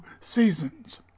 seasons